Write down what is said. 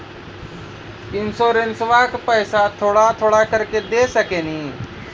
इंश्योरेंसबा के पैसा थोड़ा थोड़ा करके दे सकेनी?